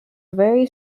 very